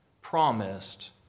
promised